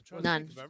None